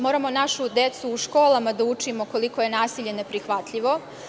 Moramo našu decu u školama da učimo koliko je nasilje neprihvatljivo.